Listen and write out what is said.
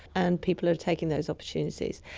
and people are taking those opportunities.